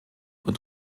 und